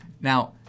Now